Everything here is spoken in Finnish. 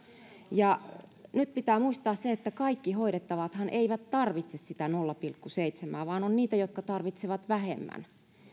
nyt pitää muistaa se että kaikki hoidettavathan eivät tarvitse sitä nolla pilkku seitsemää vaan on heitä jotka tarvitsevat vähemmän